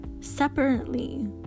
separately